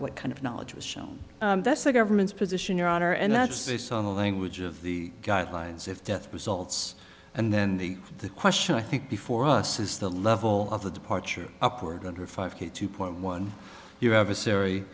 what kind of knowledge was shown that's the government's position your honor and that's this on the language of the guidelines if death results and then the question i think before us is the level of the departure upward under five k two point one you have a s